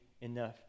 enough